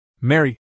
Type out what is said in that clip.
Mary